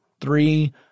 three